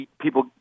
people